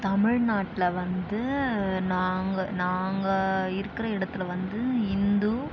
தமிழ்நாட்டில் வந்து நாங்கள் நாங்கள் இருக்கிற இடத்துல வந்து இந்து